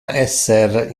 esser